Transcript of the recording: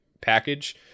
package